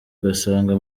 ugasanga